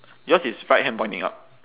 yours is right hand pointing up